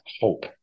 hope